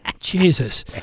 Jesus